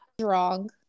Wrong